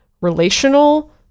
relational